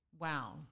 Wow